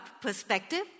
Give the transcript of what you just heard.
Perspective